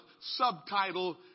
subtitle